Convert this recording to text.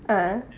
ah